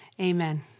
Amen